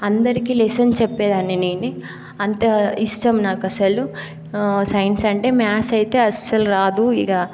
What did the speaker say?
అందరికీ లెసన్ చెప్పేదాన్ని నేనే అంత ఇష్టం నాకు అసలు సైన్స్ అంటే మ్యాథ్స్ అయితే అసలు రాదు ఇక